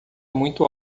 muito